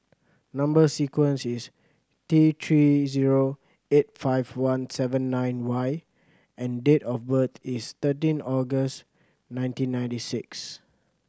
number sequence is T Three zero eight five one seven nine Y and date of birth is thirteen August nineteen ninety six